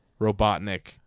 Robotnik